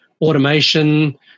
Automation